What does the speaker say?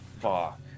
fuck